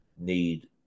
need